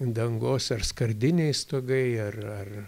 dangos ar skardiniai stogai ar ar